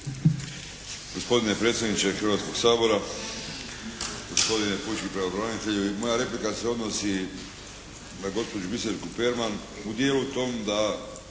Gospodine predsjedniče Hrvatskoga sabora, gospodine pučki pravobranitelju. Moja replika se odnosi na gospođu Biserku Perman u dijelu tom da